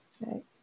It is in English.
Right